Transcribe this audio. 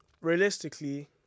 realistically